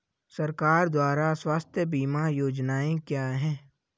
सरकार द्वारा स्वास्थ्य बीमा योजनाएं क्या हैं?